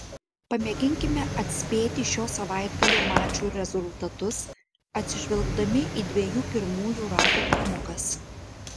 pamėginkime atspėti šio savaitgalio mačų rezultatus atsižvelgdami į dviejų pirmųjų ratų pamokas